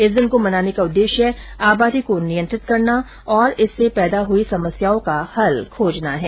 इस दिन को मनाने का उद्देश्य आबादी को नियंत्रित करना और इससे पैदा हुई समस्याओं का हल खोजना है